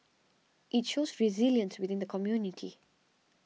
it shows resilience within the community